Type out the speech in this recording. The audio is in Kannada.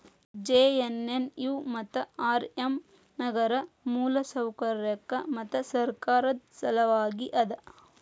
ಜೆ.ಎನ್.ಎನ್.ಯು ಮತ್ತು ಆರ್.ಎಮ್ ನಗರ ಮೂಲಸೌಕರ್ಯಕ್ಕ ಮತ್ತು ಸರ್ಕಾರದ್ ಸಲವಾಗಿ ಅದ